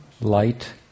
light